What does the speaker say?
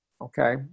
okay